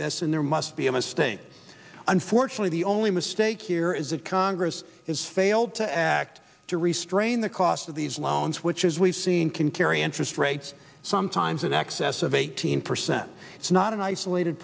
this and there must be a mistake unfortunately the only mistake here is that congress has failed to act to restrain the cost of these loans which as we've seen can carry interest rates sometimes in excess of eighteen percent it's not an isolated